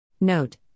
Note